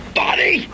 body